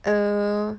err